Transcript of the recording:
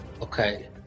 Okay